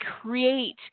create